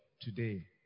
today